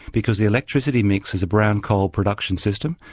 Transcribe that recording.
because the electricity mix is a brown coal production system,